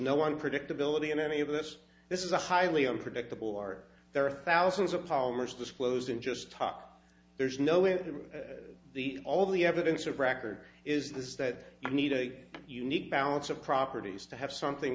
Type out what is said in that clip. unpredictability in any of this this is a highly unpredictable are there are thousands of polymers disclosed in just talk there's no in the all the evidence of record is that you need a unique balance of properties to have something